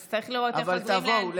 אז צריך לראות איך עוזרים להם, אבל תבואו.